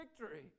victory